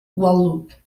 gallup